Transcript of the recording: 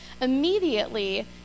Immediately